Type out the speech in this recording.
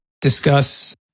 discuss